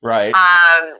Right